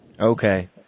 Okay